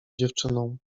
dziewczyną